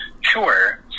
Sure